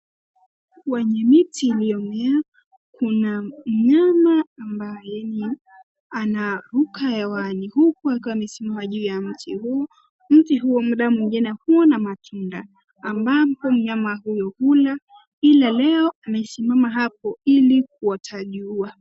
Kwenye mti uliomea kuna mnyama ambaye ni anaruka hewani huku akiwa amesimama juu ya mti huo. Mti huo muda mwingine huwa na matunda ambapo mnyama huyo hula, ila leo amesimama hapo ili kuota jua.